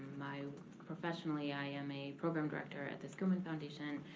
professionally i am a program director at the skillman foundation,